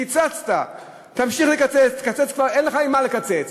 קיצצת, תמשיך לקצץ, כבר אין לך ממה לקצץ.